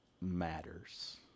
matters